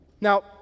Now